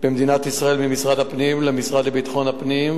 במדינת ישראל ממשרד הפנים למשרד לביטחון הפנים,